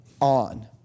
on